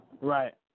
Right